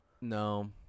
No